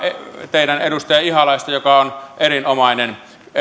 teidän edustaja ihalaista joka on erinomainen